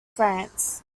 france